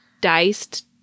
diced